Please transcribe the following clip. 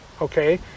okay